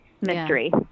mystery